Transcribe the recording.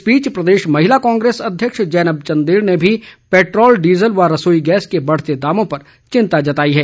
इस बीच प्रदेश महिला कांग्रेस अध्यक्ष जैनब चंदेल ने भी पैट्रोल डीजल व रसोई गैस के बढ़ते दामों पर चिंता जताई है